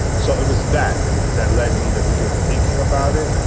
so it was that that led me to begin thinking about it.